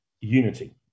unity